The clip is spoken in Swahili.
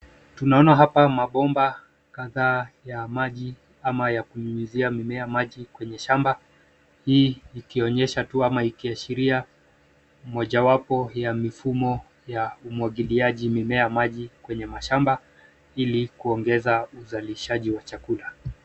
Tunaoa hapa mabomba kadhaa ya maji ama ya kunyunyuzia mimea maji kwenye shamba hii ikionyesha tu ama ikiashiria mojawapo ya mifumo ya umwagiliaji mimea maji kwenye mashamba ili kuongeza uzalishaji wa chakula.